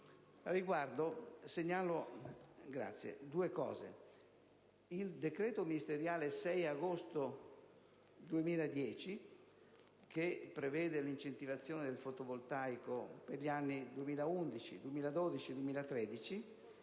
il decreto ministeriale 6 agosto 2010, che prevede l'incentivazione del fotovoltaico per gli anni 2011, 2012 e 2013,